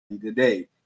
today